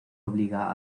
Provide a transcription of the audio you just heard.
obliga